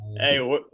Hey